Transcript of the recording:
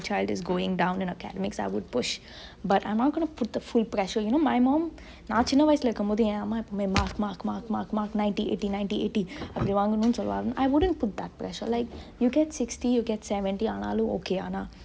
child is going down on academics I will push but I won't put the full pressure you know my mum நா சின்ன வயசுல இருக்குமோது என் அம்மா எப்போவுமே:naa chinne vayasule irukkemothu en amma eppovume mark mark mark mark ninety eighty ninety eighty அப்டி வாங்கனுனு சொல்லுவங்க:apdi vaangenunu solluvange I wouldn't put that pressure like you get sixty you get seventy ஆனாலு:aanalu okay ஆனா:aana